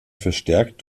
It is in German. verstärkt